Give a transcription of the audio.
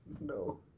No